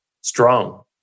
strong